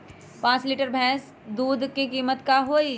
पाँच लीटर भेस दूध के कीमत का होई?